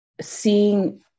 seeing